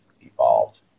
evolved